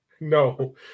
No